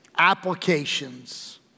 applications